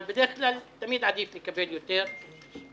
אבל בדרך כלל תמיד עדיף לקבל יותר ולהצטיין.